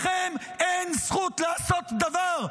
לכם אין זכות לעשות דבר,